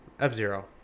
F-Zero